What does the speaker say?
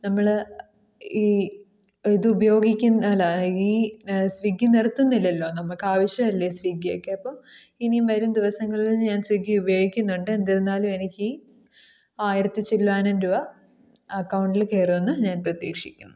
നമ്മൾ ഈ ഇത് ഉപയോഗിക്കുന്നത് അല്ല ഈ സ്വിഗ്ഗി നിർത്തുന്നില്ലല്ലോ നമുക്ക് ആവശ്യം അല്ലേ സ്വിഗ്ഗിയൊക്കെ അപ്പോൾ ഇനിയും വരും ദിവസങ്ങളിലും ഞാൻ സ്വിഗ്ഗി ഉപയോഗിക്കുന്നുണ്ട് എന്തിരുന്നാലും എനിക്ക് ആയിരത്തി ചില്ലാനം രൂപ അക്കൗണ്ടിൽ കയറുമെന്ന് ഞാൻ പ്രതീക്ഷിക്കുന്നു